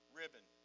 ribbon